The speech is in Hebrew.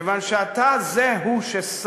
כיוון שאתה הוא זה ששם,